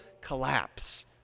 collapse